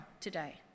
today